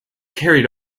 carried